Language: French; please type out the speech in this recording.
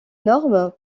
normes